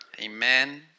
Amen